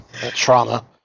Trauma